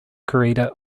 creator